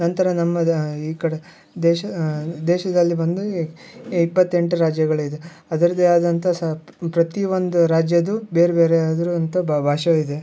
ನಂತರ ನಮ್ಮದು ಈ ಕಡೆ ದೇಶ ದೇಶದಲ್ಲಿ ಬಂದು ಈ ಇಪ್ಪತ್ತೆಂಟು ರಾಜ್ಯಗಳಿದೆ ಅದರದೇ ಆದಂಥ ಸಾ ಪ್ರತಿ ಒಂದು ರಾಜ್ಯದ್ದು ಬೇರೆ ಬೇರೆ ಆದಂಥ ಭಾಷೆಯು ಇದೆ